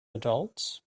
adults